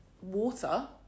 water